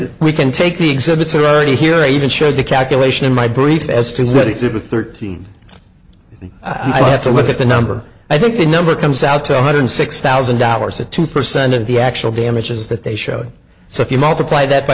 that we can take the exhibits are already here you can show the calculation in my brief as to what exhibit thirteen i have to look at the number i think the number comes out to one hundred six thousand dollars to two percent of the actual damages that they showed so if you multiply that by